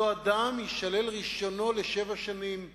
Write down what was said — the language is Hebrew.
אותו אדם יישלל רשיונו לשבע שנים לפחות,